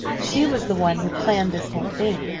she was the one who planned this whole thing,